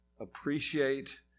appreciate